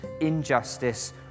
injustice